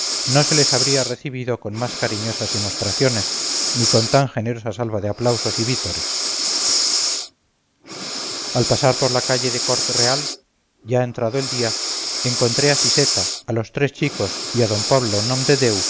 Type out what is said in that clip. no se les habría recibido con más cariñosas demostraciones ni con tan generosa salva de aplausos y vítores al pasar por la calle de cort real ya entrado el día encontré a siseta a los tres chicos y a d pablo